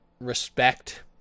respect